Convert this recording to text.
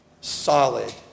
solid